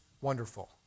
wonderful